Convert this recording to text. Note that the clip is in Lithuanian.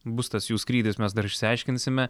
bus tas jų skrydis mes dar išsiaiškinsime